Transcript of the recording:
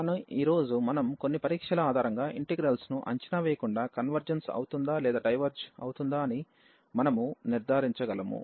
కానీ ఈ రోజు మనం కొన్ని పరీక్షల ఆధారంగా ఇంటిగ్రల్స్ ను అంచనా వేయకుండా కన్వర్జెన్స్ అవుతుందా లేదా డైవెర్జ్ అవుతుందా అని మనము నిర్ధారించగలము